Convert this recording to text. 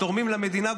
שתורמים למדינה,